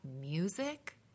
music